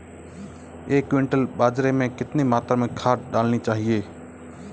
एक क्विंटल बाजरे में कितनी मात्रा में खाद डालनी चाहिए?